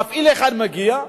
מפעיל אחד מגיע,